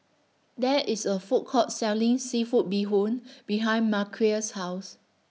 There IS A Food Court Selling Seafood Bee Hoon behind Marquez's House